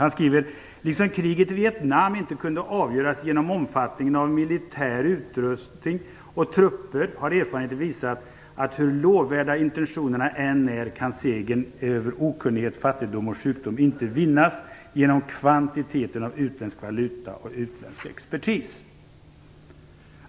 Han skriver: "Liksom kriget i Vietnam inte kunde avgöras genom omfattningen av militär utrustning och trupper har erfarenheten visat att hur lovvärda intentionerna än är, kan segern över okunnighet, fattigdom och sjukdom inte vinnas genom kvantiteten av utländsk valuta och utländsk expertis."